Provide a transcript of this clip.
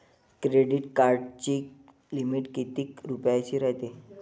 Credit कार्डाची limit कितीक रुपयाची रायते?